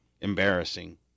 Embarrassing